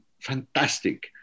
fantastic